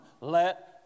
Let